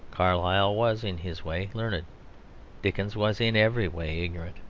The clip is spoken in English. carlyle was in his way learned dickens was in every way ignorant.